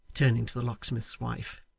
turning to the locksmith's wife.